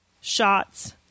shots